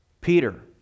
Peter